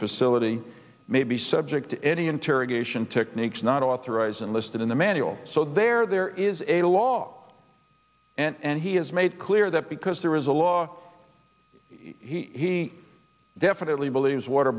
facility may be subject to any interrogation techniques not authorized and listed in the manual so there there is a law and he has made clear that because there is a law he definitely believes water